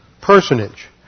personage